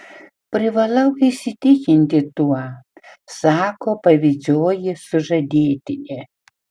privalau įsitikinti tuo sako pavydžioji sužadėtinė